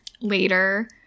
later